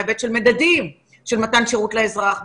בהיבט של מדדים של מתן שירות לאזרח,